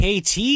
KT